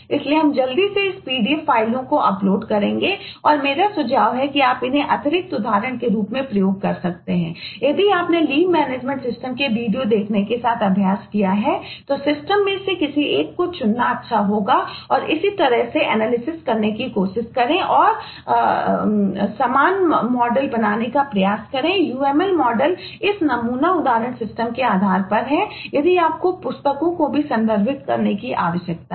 इसलिए हम जल्द ही इस pdf फाइलों को अपलोड के आधार पर है यदि आपको पुस्तकों को भी संदर्भित करने की आवश्यकता है